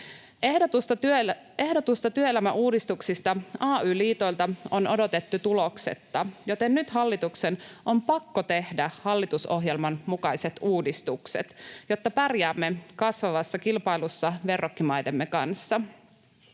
Ehdotusta työelämäuudistuksista ay-liitoilta on odotettu tuloksetta, joten nyt hallituksen on pakko tehdä hallitusohjelman mukaiset uudistukset, jotta pärjäämme kasvavassa kilpailussa verrokkimaidemme kanssa.